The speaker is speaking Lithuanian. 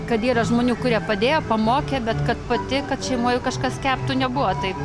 kad yra žmonių kurie padėjo pamokė bet kad pati kad šeimoj kažkas keptu nebuvo taip